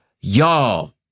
Y'all